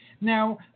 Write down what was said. Now